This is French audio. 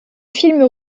film